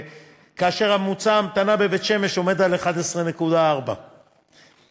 וממוצע ההמתנה בבית-שמש עומד על 11.4 דקות.